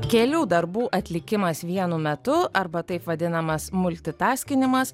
kelių darbų atlikimas vienu metu arba taip vadinamas multitaskinimas